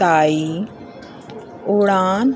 ताईं उड़ान